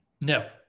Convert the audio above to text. No